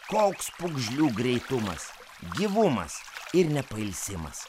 koks pūgžlių greitumas gyvumas ir nepailsimas